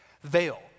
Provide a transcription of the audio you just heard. veil